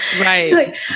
Right